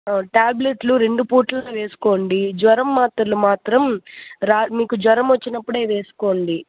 ట్యాబ్లేట్లు రెండు పూట్లా వేసుకోండి జ్వరం మాత్రలు మాత్రం రా మీకు జ్వరం వచ్చినప్పుడే వేసుకోండి